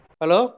hello